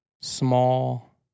small